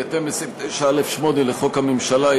בהתאם לסעיף 9(א)(8) לחוק הממשלה,